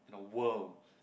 in a world